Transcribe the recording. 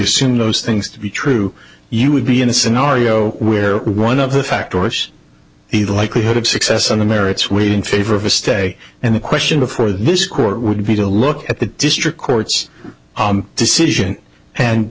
assume those things to be true you would be in a scenario where one other factor which the likelihood of success on the merits waiting favor of a stay and the question before this court would be to look at the district court's decision and